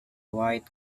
white